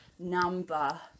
number